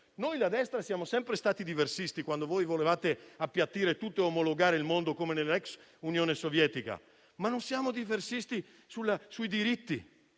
Noi di destra siamo sempre stati diversisti quando voi volevate appiattire tutto e omologare il mondo come nell'ex Unione Sovietica. Ma non siamo diversisti sui diritti.